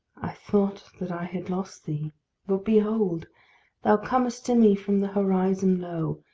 i thought that i had lost thee but, behold! thou comest to me from the horizon low,